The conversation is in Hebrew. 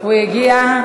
הוא הגיע.